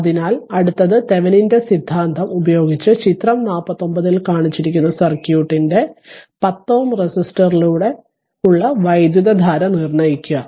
അതിനാൽ അടുത്തത് തെവെനിന്റെ സിദ്ധാന്തം ഉപയോഗിച്ച് ചിത്രം 49 ൽ കാണിച്ചിരിക്കുന്ന സർക്യൂട്ടിന്റെ 10 Ω റെസിസ്റ്ററിലൂടെ വൈദ്യുതധാര നിർണ്ണയിക്കുക